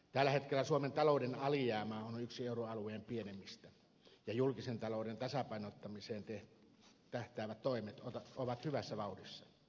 tällä hetkellä suomen talouden alijäämä on yksi euroalueen pienimmistä ja julkisen talouden tasapainottamiseen tähtäävät toimet ovat hyvässä vauhdissa